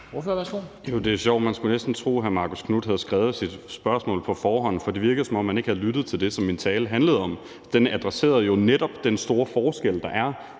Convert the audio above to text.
Det er sjovt. Man skulle næsten tro, hr. Marcus Knuth havde skrevet sit spørgsmål på forhånd, for det virkede, som om han ikke havde lyttet til det, som min tale handlede om. Den adresserede jo netop den store forskel, der er,